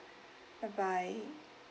bye bye